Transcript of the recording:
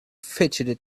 fidgeted